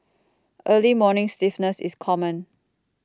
early morning stiffness is common